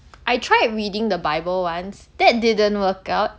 I tried reading the bible once that didn't work out